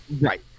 Right